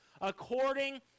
according